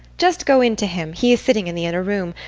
just go in to him he is sitting in the inner room.